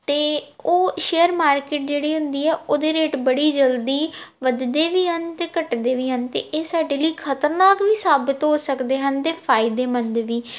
ਅਤੇ ਉਹ share market ਜਿਹੜੀ ਹੁੰਦੀ ਆ ਉਹਦੇ ਰੇਟ ਬੜੀ ਜਲਦੀ ਵੱਧਦੇ ਵੀ ਹਨ ਅਤੇ ਘੱਟਦੇ ਵੀ ਹਨ ਅਤੇ ਇਹ ਸਾਡੇ ਲਈ ਖਤਰਨਾਕ ਵੀ ਸਾਬਤ ਹੋ ਸਕਦੇ ਹਨ ਅਤੇ ਫਾਇਦੇਮੰਦ ਵੀ